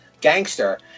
gangster